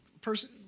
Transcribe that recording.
person